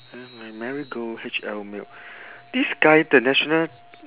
my marigold H_L milk this guy the national